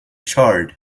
charred